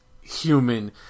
human